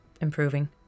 improving